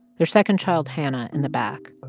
their second child, hannah, in the back,